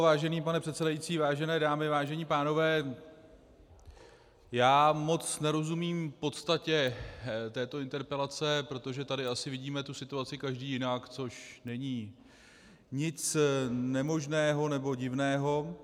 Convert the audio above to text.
Vážený pane předsedající, vážené dámy, vážení pánové, já moc nerozumím podstatě této interpelace, protože tady asi vidíme tu situaci každý jinak, což není nic nemožného nebo divného.